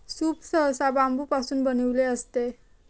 soup सहसा बांबूपासून बनविलेले असते